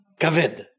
Kaved